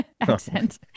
accent